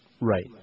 Right